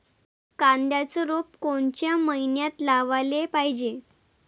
कांद्याचं रोप कोनच्या मइन्यात लावाले पायजे?